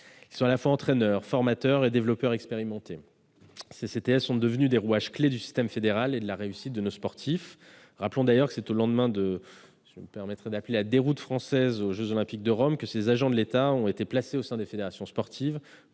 du sport français. Entraîneurs, formateurs et développeurs expérimentés, les CTS sont devenus des rouages clés du système fédéral et de la réussite de nos sportifs. Rappelons d'ailleurs que c'est au lendemain de la « déroute » française aux jeux Olympiques de Rome que ces agents de l'État ont été placés au sein des fédérations sportives